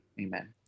amen